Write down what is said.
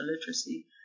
literacy